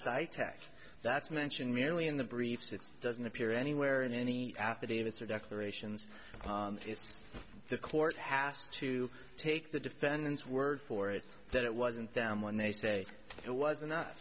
site tac that's mentioned merely in the briefs it doesn't appear anywhere in any affidavits or declarations the court has to take the defendant's word for it that it wasn't them when they say it was